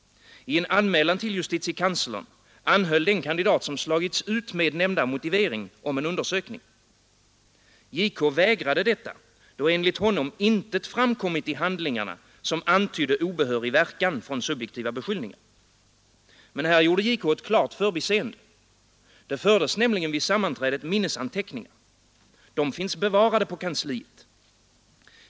I en anmälan till justitiekanslern anhöll den kandidat som slagits ut med nämnda motivering om en undersökning. JK vägrade detta då enligt honom intet framkommit i handlingarna som antydde obehörig verkan från subjektiva beskyllningar. Men här gjorde JK ett klart förbiseende. Det fördes vid sammanträdet minnesanteckningar. Dessa finns bevarade på kansliet.